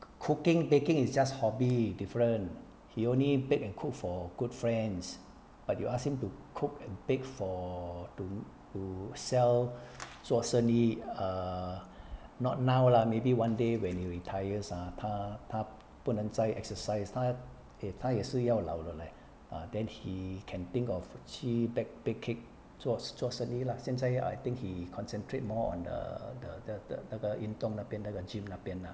cooking baking is just hobby different he only bake and cook for good friends but you ask him to cook and bake for to to sell 做生意 err not now lah maybe one day when he retires ah 她她不能再 exercise 她也是要老了 leh then he can think of 去 bake cake 做做生意 lah 现在要 I think he concentrate more on the the the the 那个运动那边那个 gym 那边 ah